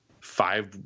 Five